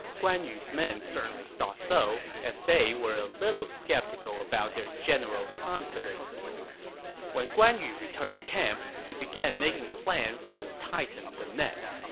guan yu's men certainly thought so, as they were a little skeptical about their general's confidence when guan yu returned to camp, he began making plans to tighten the net.